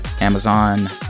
Amazon